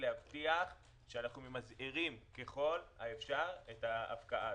להבטיח שאנחנו ממזערים ככל האפשר את ההפקעה.